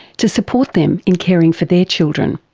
to support them in caring for their children.